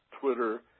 Twitter